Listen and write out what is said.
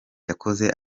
yakoze